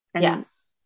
Yes